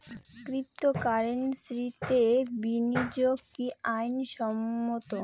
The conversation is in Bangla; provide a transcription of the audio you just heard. ক্রিপ্টোকারেন্সিতে বিনিয়োগ কি আইন সম্মত?